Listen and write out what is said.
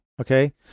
Okay